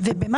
ובמה